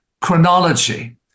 chronology